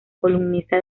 columnista